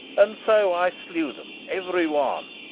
and so i slew them every one.